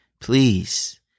Please